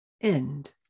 end